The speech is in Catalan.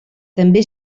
també